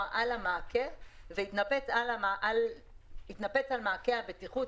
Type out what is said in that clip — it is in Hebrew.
עף על המעקה והתנפץ על מעקה הבטיחות.